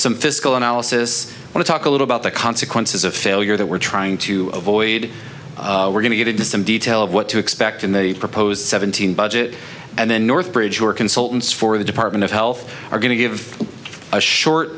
some fiscal analysis and to talk a little about the consequences of failure that we're trying to avoid we're going to get into some detail of what to expect in the proposed seventeen budget and then northbridge or consultants for the department of health are going to give